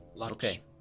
Okay